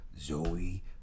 Zoe